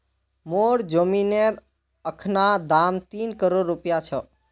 मोर जमीनेर अखना दाम तीन करोड़ रूपया छ